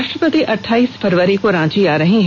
राष्ट्रपति अठाईस फरवरी को रांची आ रहे हैं